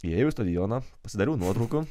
įėjau į stadioną pasidariau nuotraukų